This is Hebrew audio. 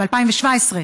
ב-2017,